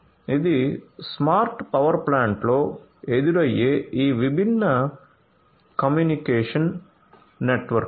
ఇవి smart power ప్లాంట్లో ఎదురయ్యే ఈ విభిన్న కమ్యూనికేషన్ నెట్వర్క్లు